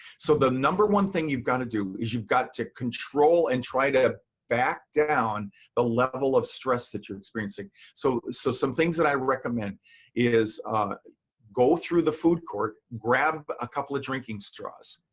so the number one thing you've gonna do is you've got to control and try to back down the level of stress that you're experiencing. so so some some things that i recommend is go through the food court, grab a couple of drinking straws.